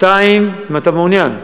אם אתה מעוניין.